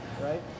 right